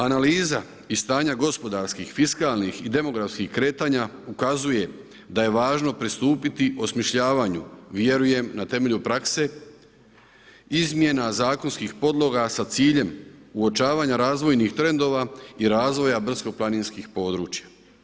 Analiza i stanje gospodarskih, fiskalnih i demografskih kretanja ukazuje da je važno pristupiti osmišljavanju, vjerujem na temelju prakse, izmjena zakonskih podloga sa ciljem uočavanja razvojnih trendova i razvoja brdsko-planinskih područja.